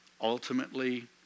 Ultimately